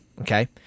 Okay